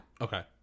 Okay